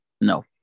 no